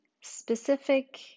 specific